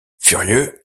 furieux